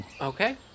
Okay